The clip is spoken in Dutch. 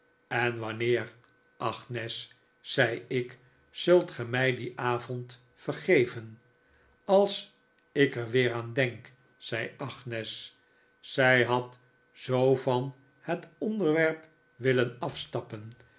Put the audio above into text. en wanneer agnes zei ik zult ge mij dien avond vergeven als ik er weer aan denk zei agnes zij had zoo van het onderwerp willen afstappen